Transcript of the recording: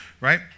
right